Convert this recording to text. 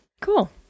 Cool